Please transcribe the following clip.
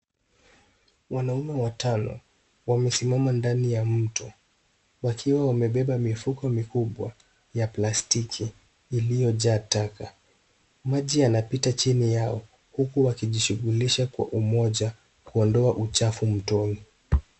Wanaume watano wamesimama ndani ya mto wakiwa wamebeba mifuko mikubwa ya plastiki iliyojaa taka. Maji yanapita chini yao huku wakijishughulisha kwa umoja kuondoa uchafu mtoni.